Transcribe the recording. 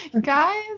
Guys